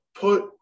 put